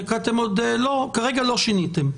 כרגע לא שיניתם.